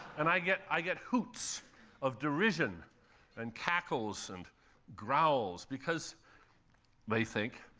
and i get i get hoots of derision and cackles and growls because they think,